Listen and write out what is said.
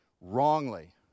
wrongly